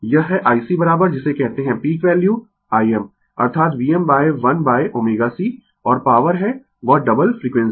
यह है IC जिसे कहते है पीक वैल्यू Im अर्थात Vm1ω C और पॉवर है वह डबल फ्रिक्वेंसी